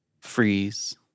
freeze